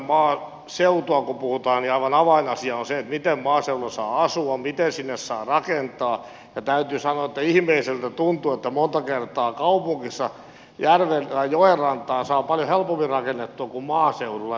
maaseudusta kun puhutaan niin aivan avainasia on se miten maaseudulla saa asua miten sinne saa rakentaa ja täytyy sanoa että ihmeelliseltä tuntuu että monta kertaa kaupungissa järven tai joenrantaan saa paljon helpommin rakennettua kuin maaseudulla